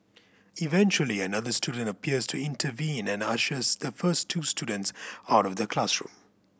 eventually another student appears to intervene and ushers the first two students out of the classroom